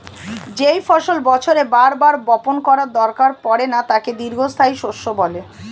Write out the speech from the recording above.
যেই ফসল বছরে বার বার বপণ করার দরকার পড়ে না তাকে দীর্ঘস্থায়ী শস্য বলে